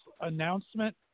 announcement